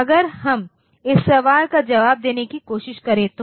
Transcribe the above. अगर हम इस सवाल का जवाब देने की कोशिश करे तो